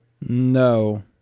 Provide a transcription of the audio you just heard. no